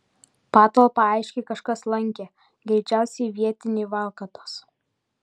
patalpą aiškiai kažkas lankė greičiausiai vietiniai valkatos